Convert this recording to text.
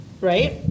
right